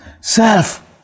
Self